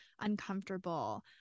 uncomfortable